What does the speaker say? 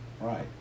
right